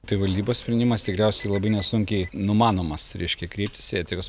tai valdybos sprendimas tikriausiai labai nesunkiai numanomas reiškia kreiptis į etikos